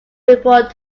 report